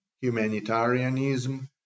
humanitarianism